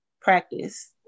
practice